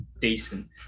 decent